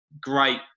Great